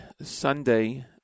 Sunday